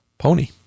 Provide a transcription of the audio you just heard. pony